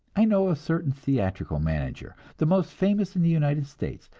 i know a certain theatrical manager, the most famous in the united states,